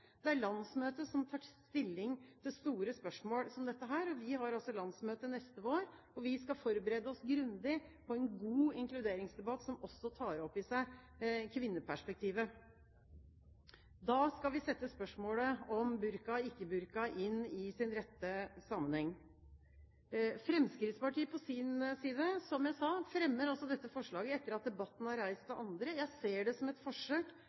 Det er landsmøtet som tar stilling til store spørsmål som dette. Vi har landsmøte neste vår, og vi skal forberede oss grundig på en god inkluderingsdebatt som også tar opp i seg kvinneperspektivet. Da skal vi sette spørsmålet om burka eller ikke-burka i sin rette sammenheng. Fremskrittspartiet på sin side – som jeg sa – fremmer altså dette forslaget etter at debatten er reist av andre. Jeg ser det som et forsøk